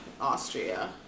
Austria